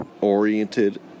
oriented